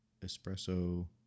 espresso